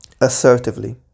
assertively